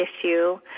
issue